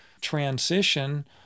transition